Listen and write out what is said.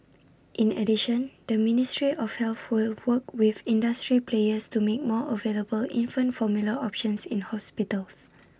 in addition the ministry of health will work with industry players to make more available infant formula options in hospitals